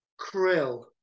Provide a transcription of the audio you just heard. Krill